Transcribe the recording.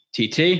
TT